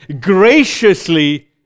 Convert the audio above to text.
graciously